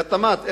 קטמאת,